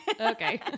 Okay